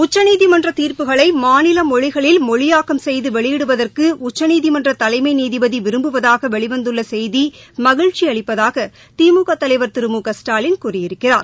உச்சநீதிமன்ற தீர்ப்புகளை மாநில மொழிகளில் மொழியாக்கம் செய்து வெளியிடுவதற்கு உச்சநீதிமன்ற தலைமை நீதிபதி விரும்புவதாக வெளிவந்துள்ள செய்தி மகிழ்ச்சி அளிப்பதாக திமுக தலைவர் திரு மு க ஸ்டாலின் கூறியிருக்கிறார்